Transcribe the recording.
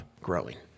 growing